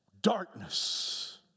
darkness